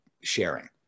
sharing